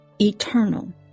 eternal